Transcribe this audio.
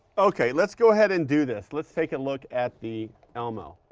okay, let's go ahead and do this. let's take a look at the elmo,